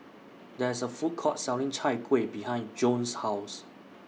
There IS A Food Court Selling Chai Kuih behind Joan's House